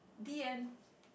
the end